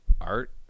art